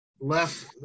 left